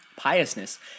piousness